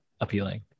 appealing